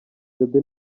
jody